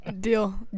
deal